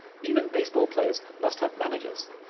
even baseball players must have managers.